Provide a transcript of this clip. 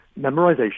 memorization